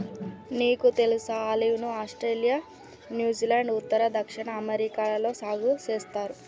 నీకు తెలుసా ఆలివ్ ను ఆస్ట్రేలియా, న్యూజిలాండ్, ఉత్తర, దక్షిణ అమెరికాలలో సాగు సేస్తారు